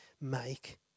make